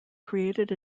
created